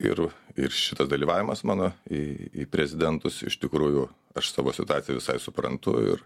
ir ir šitas dalyvavimas mano į į prezidentus iš tikrųjų aš savo situaciją visai suprantu ir